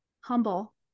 humble